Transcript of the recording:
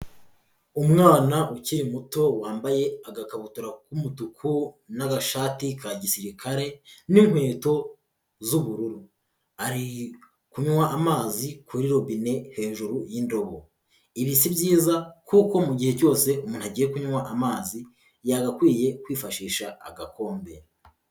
Umwana ukiri muto wambaye agakabutura k'umutuku n'agashati ka gisirikare n'inkweto z'ubururu, ari kunywa amazi kuri robine hejuru y'indobo, ibi si byiza kuko mu gihe cyose umuntu agiye kunywa amazi yagakwiye kwifashisha agakombe.